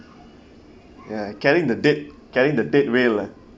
ya carrying the dead carrying the dead whale ah